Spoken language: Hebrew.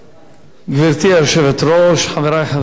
גברתי היושבת-ראש, חברי חברי הכנסת,